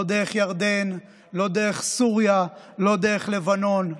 לא דרך ירדן, לא דרך סוריה, לא דרך לבנון,